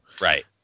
Right